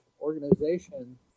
organization